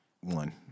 one